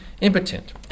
impotent